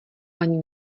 ani